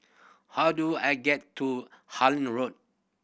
how do I get to Harlyn Road